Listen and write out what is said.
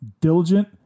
diligent